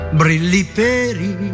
brilliperi